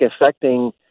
affecting